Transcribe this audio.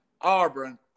Auburn